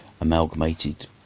amalgamated